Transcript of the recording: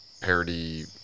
parody